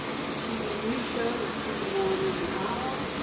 the tv news show is coming on in an hour,